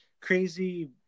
crazy